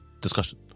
discussion